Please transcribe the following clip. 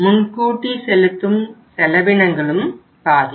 முன்கூட்டி செலுத்தும் செலவினங்களும் பாதிக்கும்